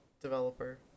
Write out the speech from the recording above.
developer